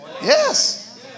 Yes